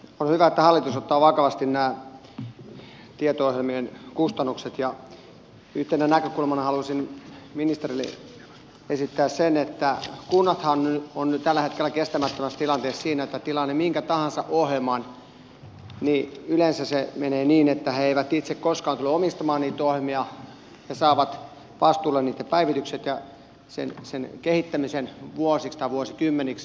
on hyvä että hallitus ottaa vakavasti nämä tieto ohjelmien kustannukset ja yhtenä näkökulmana haluaisin ministerille esittää sen että kunnathan ovat tällä hetkellä kestämättömässä tilanteessa siinä että tilaavat ne minkä tahansa ohjelman niin yleensä se menee niin että ne eivät itse koskaan tule omistamaan niitä ohjelmia ne saavat vastuulleen niitten päivitykset ja kehittämisen vuosiksi tai vuosikymmeniksi